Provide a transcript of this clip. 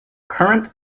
current